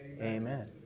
Amen